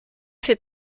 fait